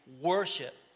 worship